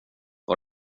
var